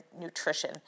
nutrition